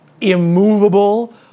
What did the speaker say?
immovable